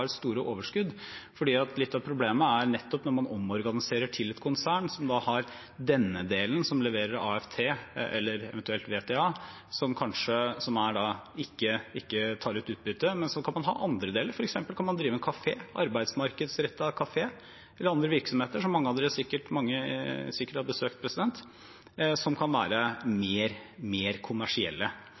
store overskudd. Litt av problemet er nettopp at når man omorganiserer til et konsern som har denne delen som leverer AFT eller eventuelt VTA, som ikke tar ut utbytte, så kan man ha andre deler – man kan f.eks. drive en arbeidsmarkedsrettet kafé eller andre virksomheter, som mange sikkert har besøkt – som kan være mer kommersielle.